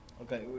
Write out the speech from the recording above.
Okay